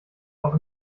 auch